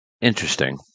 Interesting